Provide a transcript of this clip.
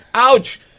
ouch